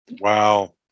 Wow